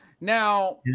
Now